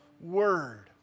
word